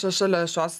šia šalia šios